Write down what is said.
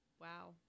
wow